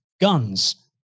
guns